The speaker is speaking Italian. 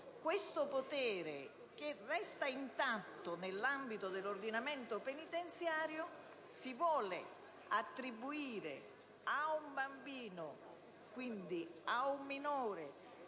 questo potere, che resta intatto nell'ambito dell'ordinamento penitenziario, si vuole attribuire a un bambino, quindi a un minore